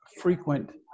frequent